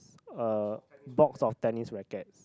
a box of tennis rackets